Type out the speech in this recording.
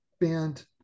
band